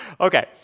Okay